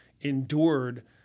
endured